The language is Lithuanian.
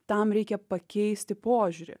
tam reikia pakeisti požiūrį